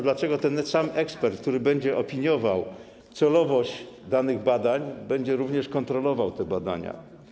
Dlaczego ten sam ekspert, który będzie opiniował celowość danych badań, będzie również kontrolował te badania?